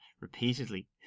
repeatedly